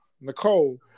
Nicole